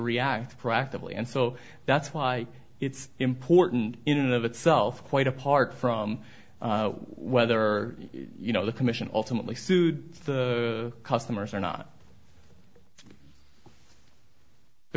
react practically and so that's why it's important in and of itself quite apart from whether you know the commission ultimately food the customers or not the